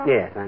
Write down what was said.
Yes